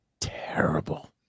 terrible